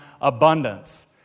abundance